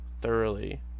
thoroughly